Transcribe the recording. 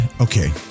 okay